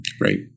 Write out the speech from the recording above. Right